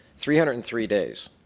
three hundred and three days.